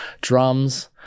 drums